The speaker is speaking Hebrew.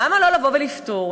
למה לא לבוא ולפתור?